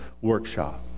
workshop